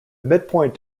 midpoint